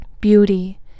Beauty